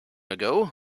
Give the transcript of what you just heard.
ago